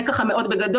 זה מאוד בגדול.